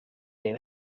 een